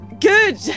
good